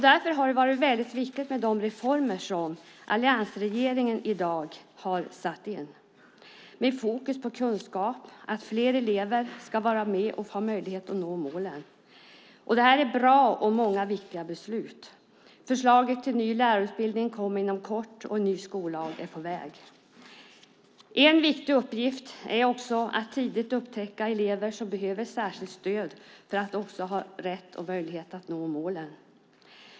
Därför har det varit väldigt viktigt med de reformer som alliansregeringen i dag har satt in med fokus på kunskap och på att fler elever ska vara med och nå målen. Det är bra och viktiga beslut. Förslaget till ny lärarutbildning kommer inom kort, och en ny skollag är på väg. En viktig uppgift är också att tidigt upptäcka elever som behöver särskilt stöd för att få möjlighet att nå målen.